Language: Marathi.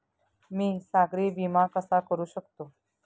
मी सागरी विमा कसा करू शकतो?